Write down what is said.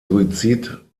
suizid